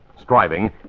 Striving